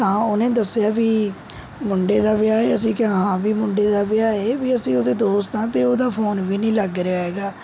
ਤਾਂ ਉਹਨੇ ਦੱਸਿਆ ਵੀ ਮੁੰਡੇ ਦਾ ਵਿਆਹ ਹੈ ਅਸੀਂ ਕਿਹਾ ਹਾਂ ਵੀ ਮੁੰਡੇ ਦਾ ਵਿਆਹ ਏ ਵੀ ਅਸੀਂ ਉਹਦੇ ਦੋਸਤ ਹਾਂ ਅਤੇ ਉਹਦਾ ਫੋਨ ਵੀ ਨਹੀਂ ਲੱਗ ਰਿਹਾ ਹੈੈਗਾ